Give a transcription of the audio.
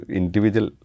individual